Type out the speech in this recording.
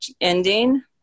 ending